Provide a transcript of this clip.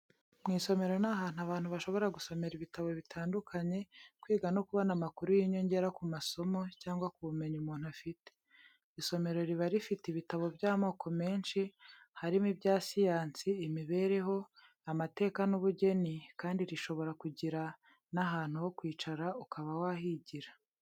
Mu isomero ni ahantu abantu bashobora gusomera ibitabo bitandukanye, kwiga no kubona amakuru y'inyongera ku masomo, cyangwa ku bumenyi umuntu afite. Isomero riba rifite ibitabo by'amoko menshi, harimo ibya siyansi, imibereho, amateka n'ubugeni kandi rishobora kugira n'ahantu ho kwicara ukaba wahigira.